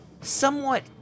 somewhat